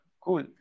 cool